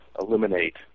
eliminate